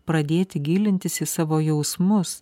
pradėti gilintis į savo jausmus